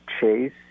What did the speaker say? Chase